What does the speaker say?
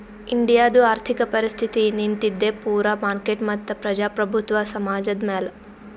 ಇಂಡಿಯಾದು ಆರ್ಥಿಕ ಪರಿಸ್ಥಿತಿ ನಿಂತಿದ್ದೆ ಪೂರಾ ಮಾರ್ಕೆಟ್ ಮತ್ತ ಪ್ರಜಾಪ್ರಭುತ್ವ ಸಮಾಜದ್ ಮ್ಯಾಲ